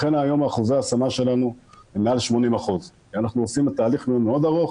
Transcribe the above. לכן היום אחוזי ההשמה שלנו הם מעל 80% כי אנחנו תהליך מאוד ארוך,